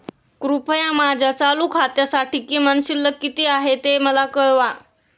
कृपया माझ्या चालू खात्यासाठी किमान शिल्लक किती आहे ते मला कळवा